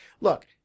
Look